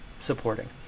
supporting